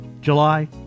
July